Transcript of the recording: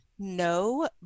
No